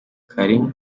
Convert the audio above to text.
karim